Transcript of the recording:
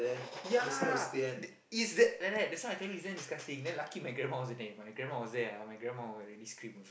ya is that like that that's why I tell you is damm disgusting then lucky my grandma wasn't there if my grandma was there ah my grandma would really scream